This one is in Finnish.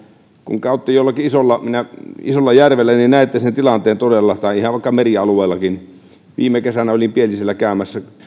kun käytte jollakin isolla järvellä niin näette sen tilanteen todella tai ihan vaikka merialueellakin viime kesänä olin pielisellä käymässä